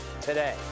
today